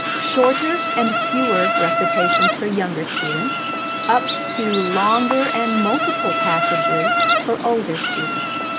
shorter and fewer recitations for younger students up to longer and multiple passages for older students.